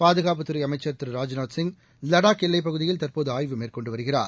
பாதுகாப்புத் துறைஅமைச்ச் திரு ராஜ்நாத்சிங் லடாக் எல்லைப்பகுதியில் தற்போதுஆய்வு மேற்கொண்டுவருகிறார்